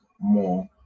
more